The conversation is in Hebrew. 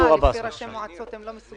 לכל --- אנחנו מדברים על שני דברים.